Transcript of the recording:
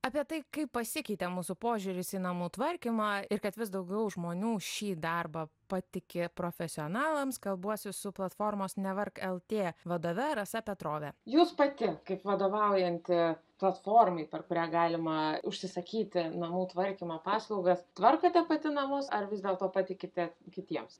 apie tai kaip pasikeitė mūsų požiūris į namų tvarkymą ir kad vis daugiau žmonių šį darbą patiki profesionalams kalbuosi su platformos nevark el tė vadove rasa petrove jūs pati kaip vadovaujanti platformai per kurią galima užsisakyti namų tvarkymo paslaugas tvarkote pati namus ar vis dėlto patikite kitiems